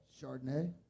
Chardonnay